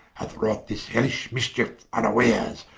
hath wrought this hellish mischiefe vnawares,